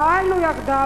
פעלנו יחדיו,